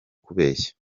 kubeshya